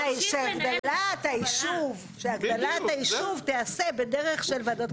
שהגדלת היישוב תעשה בדרך של ועדות קבלה.